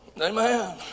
Amen